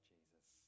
Jesus